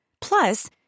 Plus